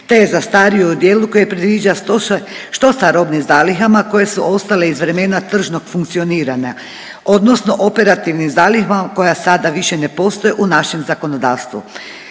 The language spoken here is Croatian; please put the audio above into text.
je zastario u dijelu koji predviđa što sa robnim zalihama koje su ostale iz vremena tržnog funkcioniranja odnosno operativnim zalihama koja sada više ne postoje u našem zakonodavstvu